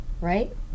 Right